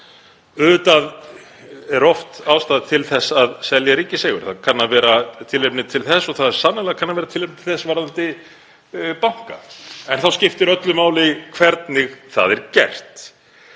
Auðvitað er oft ástæða til þess að selja ríkiseigur. Það kann að vera tilefni til þess og það kann sannarlega að vera tilefni til þess varðandi banka. En þá skiptir öllu máli hvernig það er gert.